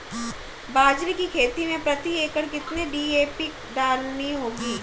बाजरे की खेती में प्रति एकड़ कितनी डी.ए.पी डालनी होगी?